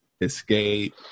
escape